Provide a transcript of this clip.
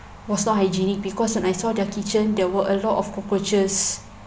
was not hygienic because when I saw their kitchen there were a lot of cockroaches